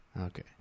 Okay